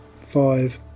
five